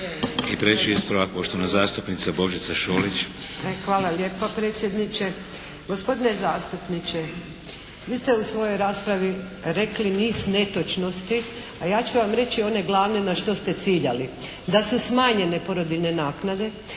I treći ispravak poštovana zastupnica Božica Šolić. **Šolić, Božica (HDZ)** Hvala lijepo predsjedniče. Gospodine zastupniče! Vi ste u svojoj raspravi rekli niz netočnosti a ja ću vam reći one glavne na što ste ciljali. Da su smanjene porodiljne naknade,